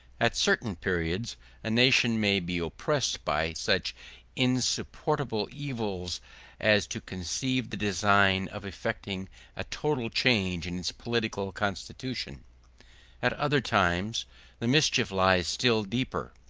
at certain periods a nation may be oppressed by such insupportable evils as to conceive the design of effecting a total change in its political constitution at other times the mischief lies still deeper,